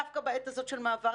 דווקא בעת הזאת של מעבר,